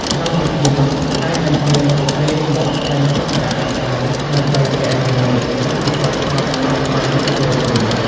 ក្នុងពិធីនោះ អាចអញ្ជើញពួកគេមកថ្លែងសុន្ទរកថាដើម្បីចែករំលែកបទពិសោធន៍ផ្ទាល់មាត់ដល់អ្នកចូលរួម។